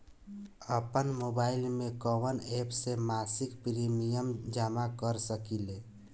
आपनमोबाइल में कवन एप से मासिक प्रिमियम जमा कर सकिले?